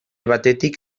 batetik